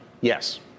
Yes